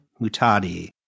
Mutadi